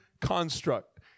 construct